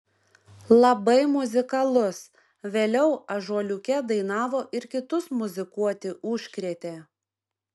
labai muzikalus vėliau ąžuoliuke dainavo ir kitus muzikuoti užkrėtė